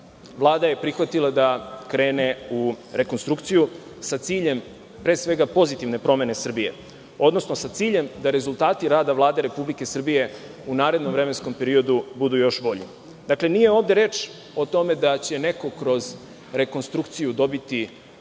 Vlada je prihvatila da krene u rekonstrukciju sa ciljem pre svega pozitivne promene Srbije odnosno sa ciljem da rezultati rada Vlade Republike Srbije u narednom vremenskom periodu budu još bolji. Ovde nije reč o tome da će neko kroz rekonstrukciju dobiti